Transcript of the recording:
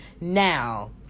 Now